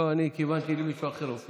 לא, אני כיוונתי למישהו אחר, אופיר.